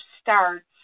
starts